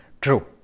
True